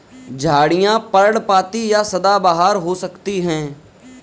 झाड़ियाँ पर्णपाती या सदाबहार हो सकती हैं